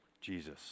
Jesus